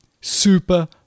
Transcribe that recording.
Super